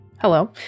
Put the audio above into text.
hello